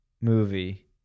movie